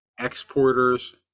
exporters